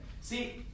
See